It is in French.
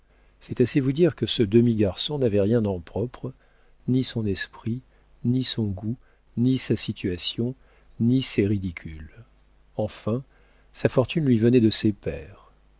c'est assez vous dire que ce demi garçon n'avait rien en propre ni son esprit ni son goût ni sa situation ni ses ridicules enfin sa fortune lui venait de ses pères